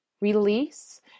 release